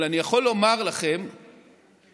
אבל אני יכול לומר לכם שמחצית